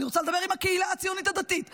אני רוצה לדבר עם הקהילה הציונות הדתית,